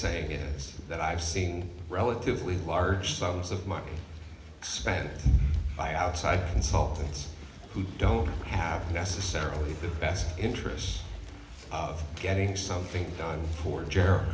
saying is that i've seen relatively large sums of money spent by outside consultants who don't have necessarily the best interests of getting something done for jer